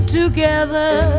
together